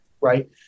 Right